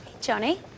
Johnny